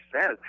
says